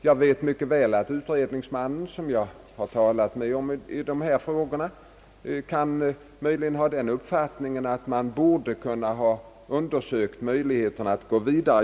Jag vet mycket väl att utrednings mannen som jag har talat med i dessa frågor kan ha haft den uppfattningen att vi bör undersöka möjligheterna att gå vidare.